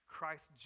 Christ